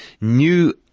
new